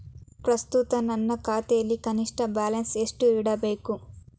ಪ್ರಸ್ತುತ ನನ್ನ ಖಾತೆಯಲ್ಲಿ ಕನಿಷ್ಠ ಬ್ಯಾಲೆನ್ಸ್ ಎಷ್ಟು ಇಡಬೇಕು?